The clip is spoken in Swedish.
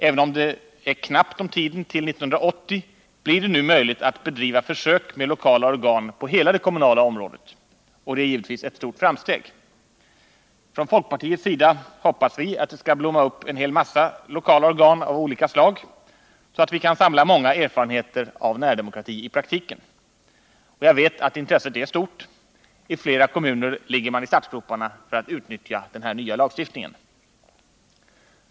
Även om det är knappt om tid till 1980, blir det nu möjligt att bedriva försök med lokala organ på hela det kommunala området, och det är givetvis ett stort framsteg. Från folkpartiets sida hoppas vi att det skall blomma upp en hel massa lokala organ av olika slag, så att vi kan samla många erfarenheter av närdemokrati i praktiken. Och jag vet att intresset är stort — i flera kommuner ligger man i startgroparna för att utnyttja den här nya lagstiftningen.